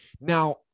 Now